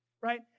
right